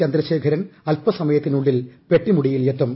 ചന്ദ്രശേഖരൻ അൽപ്പസമയത്തിനുള്ളിൽ പെട്ടിമുടിയിൽ എത്തും